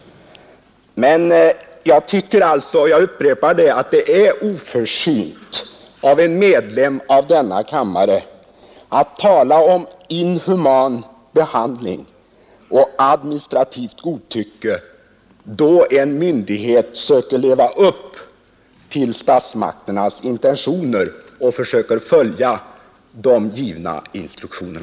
Jag upprepar att jag tycker det är oförsynt av en medlem av denna kammare att tala om .inhuman behandling och administrativt godtycke, när en myndighet försöker leva upp till statsmakternas intentioner och följa givna instruktioner.